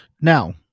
Now